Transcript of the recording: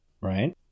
Right